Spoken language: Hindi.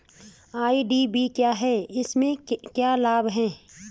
आई.डी.वी क्या है इसमें क्या लाभ है?